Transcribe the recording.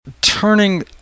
turning